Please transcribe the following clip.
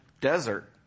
desert